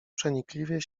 przenikliwie